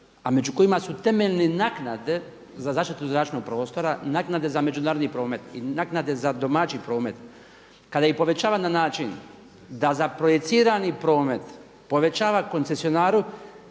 a među kojima su temeljne naknade za zaštitu zračnog prostora, naknade za međunarodni promet i naknade za domaći promet kada je i povećavan na način da za projicirani promet povećava koncesionaru